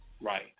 Right